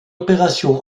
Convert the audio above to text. opération